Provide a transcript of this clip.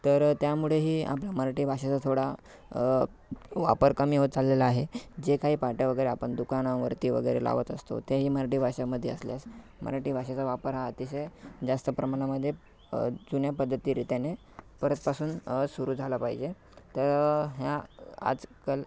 तर त्यामुळेही आपल्या मराठी भाषेचा थोडा वापर कमी होत चाललेला आहे जे काही पाट्या वगैरे आपण दुकानावरती वगैरे लावत असतो तेही मराठी भाषामध्ये असल्यास मराठी भाषेचा वापर हा अतिशय जास्त प्रमाणामध्ये जुन्या पद्धती रीतीने परतपासून सुरु झाला पाहिजे तर ह्या आजकाल